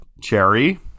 cherry